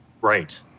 Right